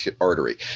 artery